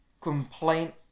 complaint